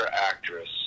actress